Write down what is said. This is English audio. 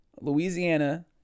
Louisiana